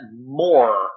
more